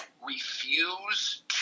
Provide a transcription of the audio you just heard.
refuse